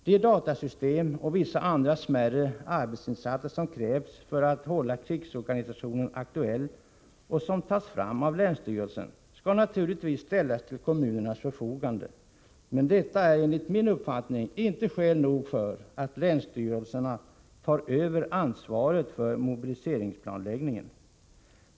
De datasystem och vissa andra, smärre arbetsinsatser som krävs för att hålla krigsorganisationen aktuell och som tas fram av länsstyrelsen skall naturligtvis ställas till kommunernas förfogande. Men detta är enligt min uppfattning inte skäl nog för att länsstyrelserna skall ta över ansvaret för mobiliseringsplanläggningen.